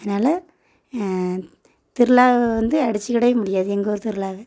அதனால் திருவிழா வந்து அடிச்சுக்கிடவே முடியாது எங்கள் ஊர் திருவிழாவ